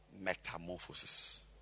metamorphosis